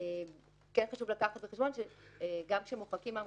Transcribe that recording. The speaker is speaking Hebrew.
כן חשוב לקחת בחשבון שגם כשמוחקים מהמרשם,